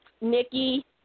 Nikki